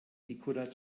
nicola